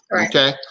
Okay